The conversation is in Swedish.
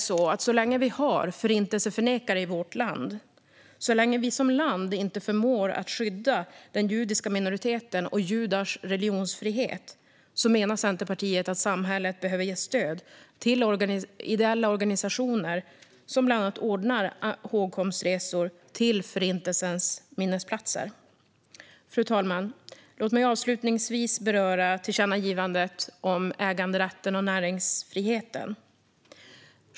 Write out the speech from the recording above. Så länge vi har förintelseförnekare i vårt land och så länge vi som land inte förmår att skydda den judiska minoriteten och judars religionsfrihet menar Centerpartiet att samhället behöver ge stöd till ideella organisationer som bland annat ordnar hågkomstresor till Förintelsens minnesplatser. Fru talman! Låt mig avslutningsvis beröra tillkännagivandet om äganderätten och näringsfriheten.